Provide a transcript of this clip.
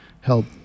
help